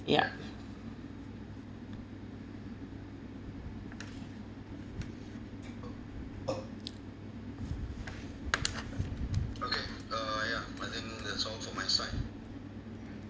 yeah